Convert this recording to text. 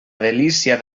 delícia